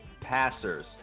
passers